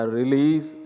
release